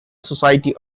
society